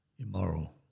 immoral